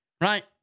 right